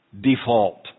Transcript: Default